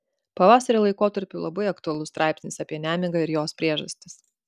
pavasario laikotarpiui labai aktualus straipsnis apie nemigą ir jos priežastis